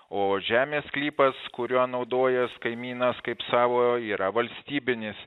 o žemės sklypas kuriuo naudojas kaimynas kaip savojo yra valstybinis